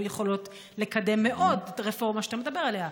יכולות לקדם מאוד את הרפורמה שאתה מדבר עליה.